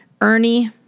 Ernie